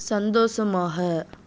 சந்தோஷமாக